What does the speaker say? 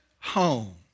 home